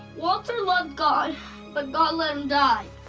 walter loved god but god let him die.